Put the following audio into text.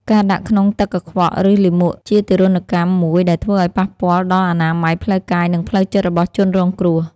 ការដាក់ក្នុងទឹកកខ្វក់ ឬលាមកជាទារុណកម្មមួយដែលធ្វើឱ្យប៉ះពាល់ដល់អនាម័យផ្លូវកាយនិងផ្លូវចិត្តរបស់ជនរងគ្រោះ។